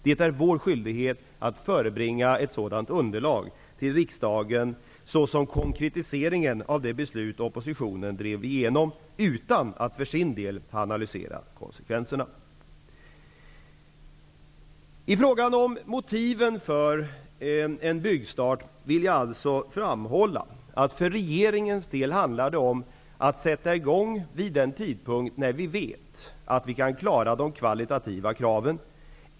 Det är vår skyldighet att förebringa ett sådant underlag för riksdagen såsom konkretisering av det beslut som oppositionen drev igenom utan att för sin del analysera konsekvenserna. I frågan om motiven för en byggstart vill jag alltså framhålla att det för regeringens del handlar om att sätta i gång vid den tidpunkt då vi vet att vi kan klara de kvalitativa kraven.